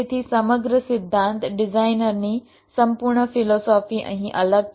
તેથી સમગ્ર સિદ્ધાંત ડિઝાઇનની સંપૂર્ણ ફિલોસોફી અહીં અલગ છે